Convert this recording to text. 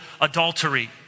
adultery